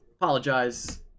apologize